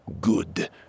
Good